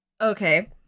Okay